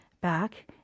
back